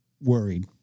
worried